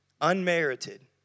unmerited